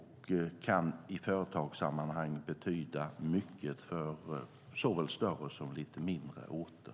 I företagssammanhang kan den betyda mycket för såväl större som lite mindre orter.